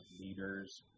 leaders